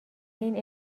این